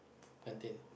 until